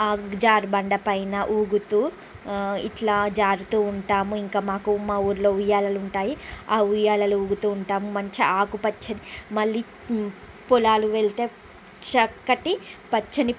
ఆ జారుబండ పైన ఊగుతూ ఇట్లా జారుతూ ఉంటాము ఇంకా మాకు మా ఊరిలో ఉయ్యాలలుంటాయి ఆ ఉయ్యాలలు ఊగుతూ ఉంటాం మంచి ఆకు పచ్చని మళ్ళీ పొలాలు వెళ్తే చక్కటి పచ్చని